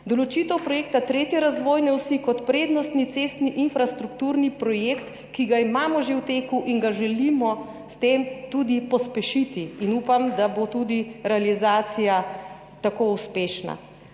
določitev projekta tretje razvojne osi kot prednostni cestni infrastrukturni projekt, ki ga imamo že v teku in ga želimo s tem tudi pospešiti in upam, da bo tudi realizacija tako uspešna,